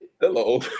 Hello